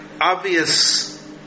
obvious